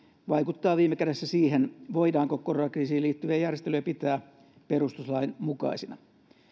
vaikuttaa viime kädessä siihen voidaanko korokriisiin liittyviä järjestelyjä pitää perustuslain mukaisina